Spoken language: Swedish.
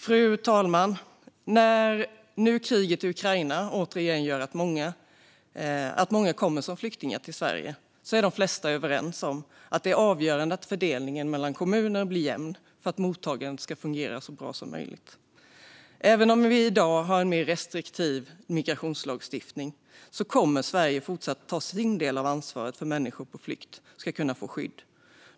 Fru talman! När nu kriget i Ukraina återigen gör att många kommer som flyktingar till Sverige är de flesta överens om att det är avgörande att fördelningen mellan kommuner blir jämn för att mottagandet ska fungera så bra som möjligt. Även om vi i dag har en mer restriktiv migrationslagstiftning kommer Sverige att fortsätta ta sin del av ansvaret för att människor på flykt ska kunna få skydd.